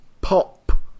Pop